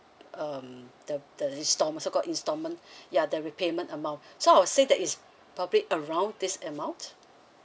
um the the install~ so called installment ya the repayment amount so I would say that is probably around this amount